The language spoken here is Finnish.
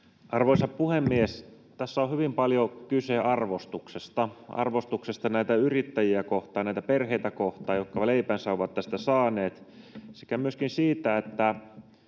Arvoisa puhemies! Tässä on hyvin paljon kyse arvostuksesta, arvostuksesta näitä yrittäjiä kohtaan, näitä perheitä kohtaan, jotka leipänsä ovat tästä saaneet, sekä myöskin siitä, että